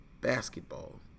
basketball